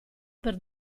per